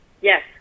Yes